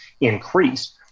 increase